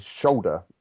shoulder